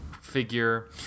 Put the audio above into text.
figure